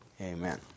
Amen